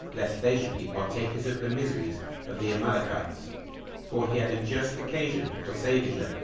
lest they should be partakers of the miseries of the amalekites for he had a just occasion for saving them,